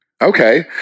Okay